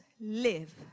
live